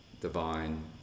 divine